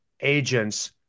agents